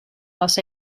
los